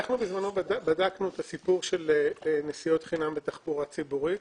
בזמנו בדקנו את הסיפור של נסיעות חינם בתחבורה ציבורית.